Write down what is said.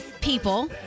people